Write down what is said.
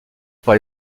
par